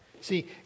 See